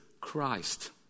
Christ